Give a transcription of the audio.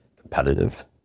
competitive